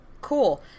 cool